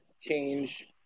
change